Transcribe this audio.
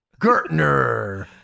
Gertner